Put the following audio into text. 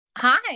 hi